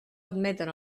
admeten